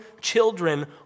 children